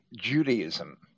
Judaism